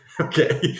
Okay